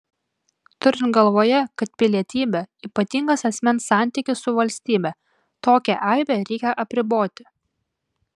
turint galvoje kad pilietybė ypatingas asmens santykis su valstybe tokią aibę reikia apriboti